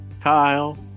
Kyle